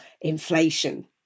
inflation